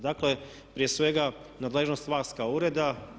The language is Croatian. Dakle prije svega nadležnost vas kao ureda.